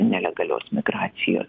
nelegalios migracijos